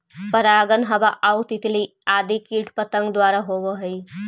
परागण हवा आउ तितली आदि कीट पतंग द्वारा होवऽ हइ